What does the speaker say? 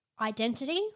identity